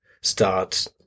start